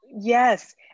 Yes